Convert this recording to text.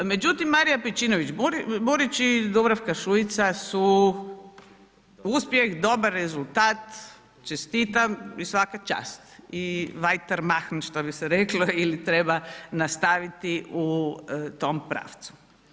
Međutim Marija Pejčinović Burić i Dubravka Šuica su uspjeh, dobar rezultat, čestitam i svaka čast i weitermachen što bi se reklo i treba nastaviti u tom pravcu.